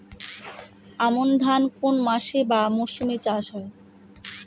আমন ধান কোন মাসে বা মরশুমে চাষ হয়?